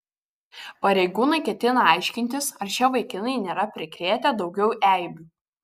pareigūnai ketina aiškintis ar šie vaikinai nėra prikrėtę daugiau eibių